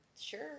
sure